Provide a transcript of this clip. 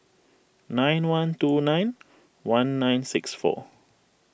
nine one two nine one nine six four